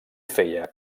feia